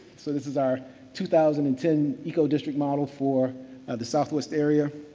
so this is our two thousand and ten eco district model for the southwest area.